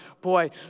boy